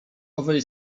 owej